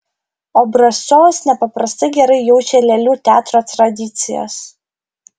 obrazcovas nepaprastai gerai jaučia lėlių teatro tradicijas